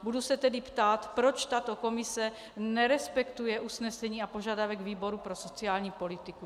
Budu se tedy ptát, proč tato komise nerespektuje usnesení a požadavek výboru pro sociální politiku.